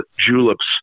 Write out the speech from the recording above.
juleps